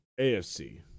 afc